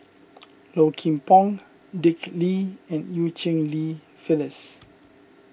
Low Kim Pong Dick Lee and Eu Cheng Li Phyllis